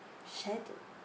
shed